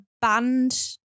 band